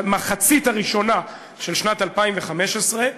במחצית הראשונה של 2015,